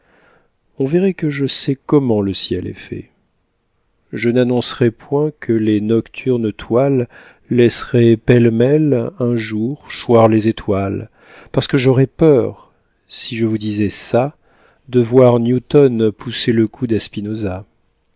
on verrait que je sais comment le ciel est fait je n'annoncerais point que les nocturnes toiles laisseraient pêle-mêle un jour choir les étoiles parce que j'aurais peur si je vous disais ça de voir newton pousser le coude